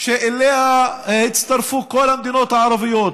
שאליה הצטרפו כל המדינות הערביות,